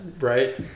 right